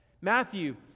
Matthew